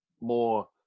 more